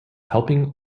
helping